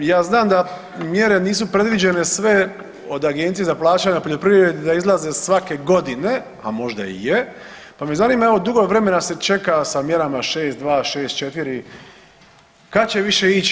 Ja znam da mjere nisu predviđene sve od Agencije za plaćanje u poljoprivredi da izlaze svake godine, a možda i je, pa me zanima evo dugo vremena se čeka sa mjerama 6.2, 6.4 kad će više ići.